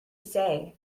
say